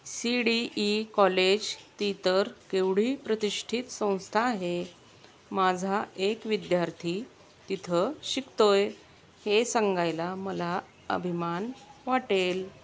C D E college ती तर केवढी प्रतिष्ठित संस्था आहे माझा एक विद्यार्थी तिथं शिकतो आहे हे सांगायला मला अभिमान वाटेल